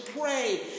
pray